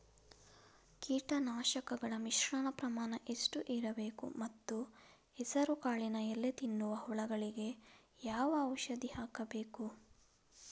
ಕೀಟನಾಶಕಗಳ ಮಿಶ್ರಣ ಪ್ರಮಾಣ ಎಷ್ಟು ಇರಬೇಕು ಮತ್ತು ಹೆಸರುಕಾಳಿನ ಎಲೆ ತಿನ್ನುವ ಹುಳಗಳಿಗೆ ಯಾವ ಔಷಧಿ ಹಾಕಬೇಕು?